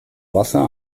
wasser